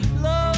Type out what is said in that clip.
love